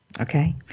Okay